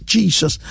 Jesus